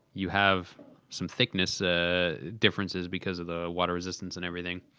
you have some thickness ah differences because of the water resistance and everything.